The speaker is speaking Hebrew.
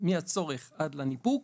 מהצורך עד לניפוק,